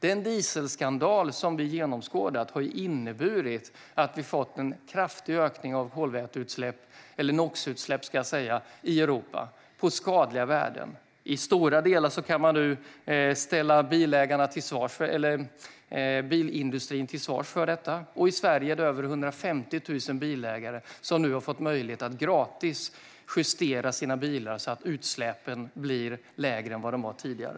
Den dieselskandal som vi genomskådat har inneburit att vi fått en kraftig ökning av NOx-utsläpp i Europa, med skadliga värden. I stora delar kan man ställa bilindustrin till svars för detta. I Sverige har nu 150 000 bilägare fått möjlighet att gratis justera sina bilar så att utsläppen blir mindre än de var tidigare.